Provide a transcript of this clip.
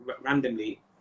randomly